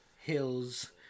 hills